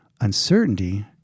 uncertainty